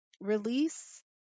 release